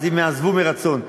הם יעזבו מרצון.